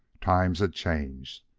times had changed.